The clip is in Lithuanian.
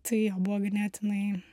tai jo buvo ganėtinai